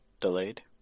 delayed